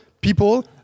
people